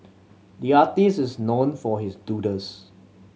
the artist is known for his doodles